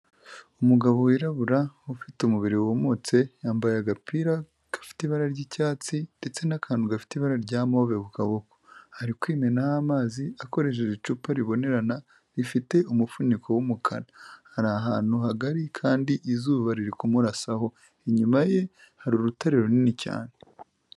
Umugabo wirabura, ufite umubiri wumutse, yambaye agapira gafite ibara ry'icyatsi, ndetse n'akantu gafite ibara rya move ku kaboko. Ari kwimenaho amazi, akoresheje icupa ribonerana, rifite umufuniko w'umukara. Hari ahantu hagari, kandi izuba riri kumusaho. Inyuma ye hari urutare runini cyane.